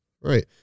Right